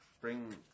bring